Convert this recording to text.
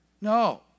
No